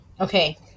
Okay